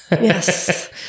Yes